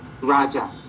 Raja